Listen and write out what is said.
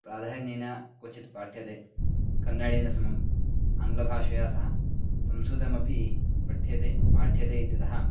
प्राधान्येन क्वचित् पाठ्यते कन्नडेन समम् आङ्ग्लभाषया सह संस्कृतमपि पठ्यते पाठ्यते इत्यतः